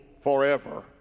forever